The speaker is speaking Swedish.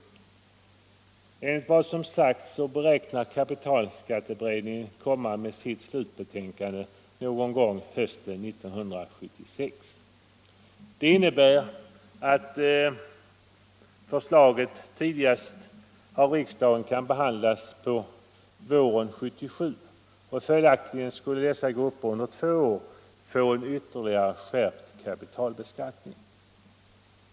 Enligt vad som sagts beräknar kapitalskatteberedningen att komma med sitt slutbetänkande någon gång under hösten 1976. Det innebär att förslaget kan behandlas av riksdagen tidigast på våren 1977 och följaktligen skulle dessa grupper under två år få en ytterligare skärpt kapitalbeskattning.